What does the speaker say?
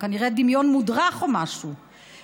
כנראה דמיון מודרך או משהו,